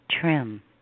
trim